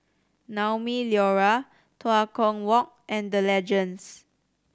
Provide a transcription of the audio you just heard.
Naumi Liora Tua Kong Walk and The Legends